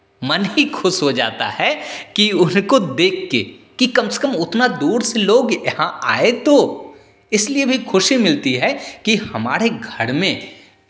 मन ही खुश हो जाता है कि उनको देख के कि कम से कम उतना दूर से लोग यहाँ आए तो इसलिए भी खुशी मिलती है हमारे घर में